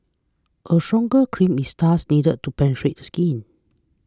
a stronger cream is thus needed to penetrate the skin